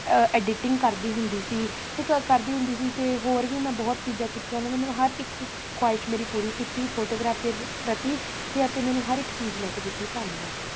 editing ਕਰਦੀ ਹੁੰਦੀ ਸੀ ਅਤੇ ਕ ਕਰਦੀ ਹੁੰਦੀ ਸੀ ਅਤੇ ਹੋਰ ਵੀ ਮੈਂ ਬਹੁਤ ਚੀਜ਼ਾਂ ਕੀਤੀਆਂ ਉਹਨਾਂ ਨੇ ਮੈਨੂੰ ਹਰ ਇੱਕ ਖਵਾਹਿਸ਼ ਮੇਰੀ ਪੂਰੀ ਕੀਤੀ ਫੋਟੋਗ੍ਰਾਫੀ ਰ ਪ੍ਰਤੀ ਤੇ ਅਤੇ ਮੈਨੂੰ ਹਰ ਇੱਕ ਚੀਜ਼ ਲੈ ਕੇ ਦਿੱਤੀ ਧੰਨਵਾਦ